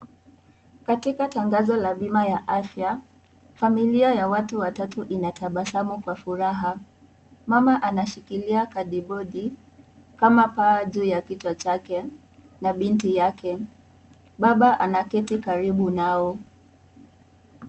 Katika tangao la bima ya afya familia ya watu watatu inatabasamu kwa furaha . Mama anashikilia kadibodi kama para juu ya kichwa chake na binti yake baba anaketi karibu nao.